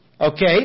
okay